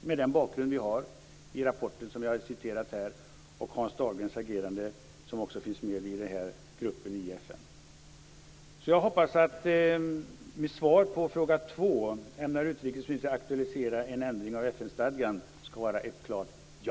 med vår bakgrund i den rapport som har citerats här och Hans Dahlgrens agerande, som också finns med i gruppen i FN. Jag hoppas att svaret på min andra fråga om utrikesministern ämnar aktualisera en ändring av FN stadgan skall vara ett klart ja.